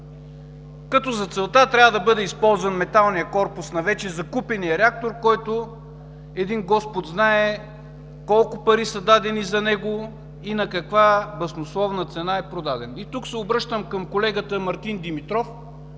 като за целта трябва да бъде използван металният корпус на вече закупения реактор, който, един Господ знае, колко пари са дадени за него и на каква баснословна цена е продаден. Тук се обръщам към колегата Мартин Димитров